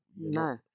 no